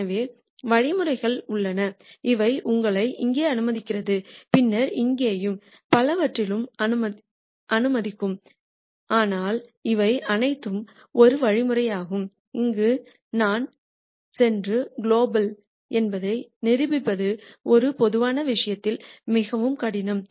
எனவே வழிமுறைகள் உள்ளன அவை உங்களை இங்கே அனுமதிக்கும் பின்னர் இங்கேயும் பலவற்றிலும் அனுமதிக்கும் ஆனால் இவை அனைத்தும் ஒரு வழிமுறையாகும் அங்கு நான் சென்று குலோபல் மினிமம் என்பதை நிரூபிப்பது ஒரு பொதுவான விஷயத்தில் மிகவும் கடினம்